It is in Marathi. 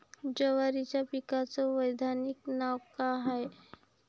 जवारीच्या पिकाचं वैधानिक नाव का हाये?